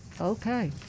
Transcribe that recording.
Okay